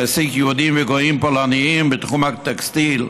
והוא העסיק יהודים וגויים פולנים בתחום הטקסטיל.